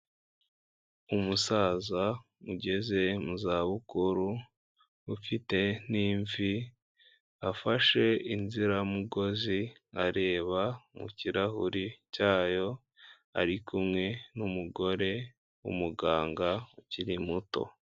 Umusaza ugeze muza bukuru ufite n'imvi; afashe inziramugozi areba mu kirahuri cyayo; ari kumwe n'umugore w'umuganga ukiri muto.